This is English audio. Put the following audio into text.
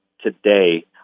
today